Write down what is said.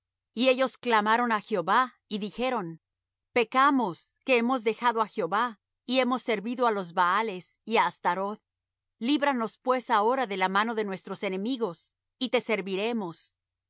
y ellos clamaron á jehová y dijeron pecamos que hemos dejado á jehová y hemos servido á los baales y á astaroth líbranos pues ahora de la mano de nuestros enemigos y te serviremos